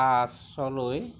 আঠলৈ